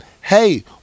hey